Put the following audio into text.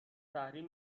تحریم